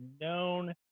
known